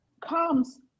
comes